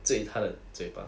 最他的嘴巴